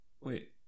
wait